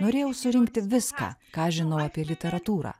norėjau surinkti viską ką žinau apie literatūrą